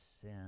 sin